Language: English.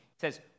says